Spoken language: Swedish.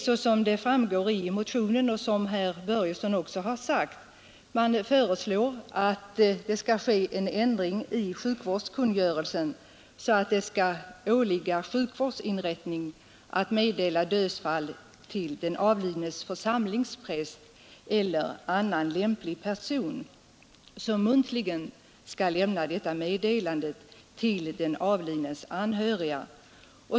Såsom framgår av motionen, och såsom herr Börjesson i Falköping också har upprepat, föreslås en sådan ändring i sjukvårdskungörelsen, att det skall åligga sjukvårdsinrättningar att meddela dödsfall till den avlidnes församlingspräst eller annan lämplig person som muntligen skall lämna detta meddelande till den avlidnes anhöriga.